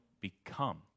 become